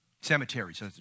Cemeteries